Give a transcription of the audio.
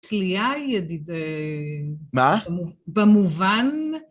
צליעה, ידיד, במובן.